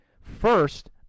First